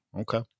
okay